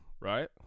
right